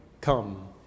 come